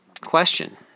question